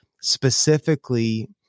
specifically